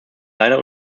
leider